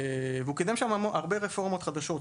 והוא קידם הרבה רפורמות חדשות.